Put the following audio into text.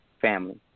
family